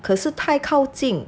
可是太靠近